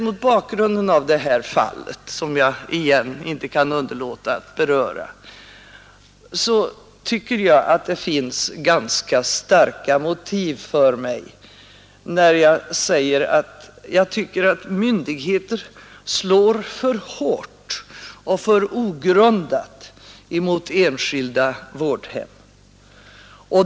Mot bakgrunden av det här fallet, som jag inte kan underlåta att på nytt beröra, herr statsråd, tycker jag att jag har ganska starka motiv när jag säger att myndigheter slår för hårt och för ogrundat mot enskilda vårdhem.